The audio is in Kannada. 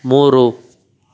ಮೂರು